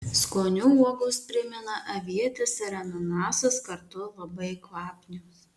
skoniu uogos primena avietes ir ananasus kartu labai kvapnios